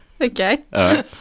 Okay